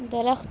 درخت